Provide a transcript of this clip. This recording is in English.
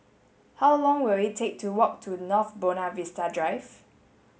how long will it take to walk to North Buona Vista Drive